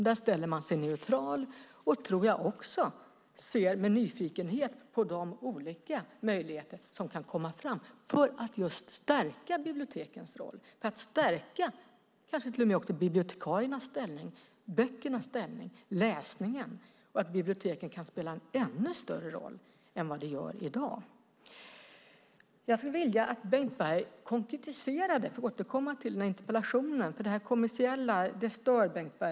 Där ställer man sig neutral och, tror jag, ser med nyfikenhet på de olika möjligheter som kan komma fram just för att stärka bibliotekens roll, för att kanske till och med stärka bibliotekariernas ställning, böckernas ställning, läsningen, så att biblioteken kan spela en ännu större roll än i dag. Jag har noterat - för att återvända till interpellationen - att det kommersiella stör Bengt Berg.